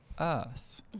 earth